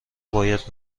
باید